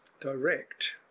direct